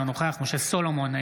אינו נוכח משה סולומון,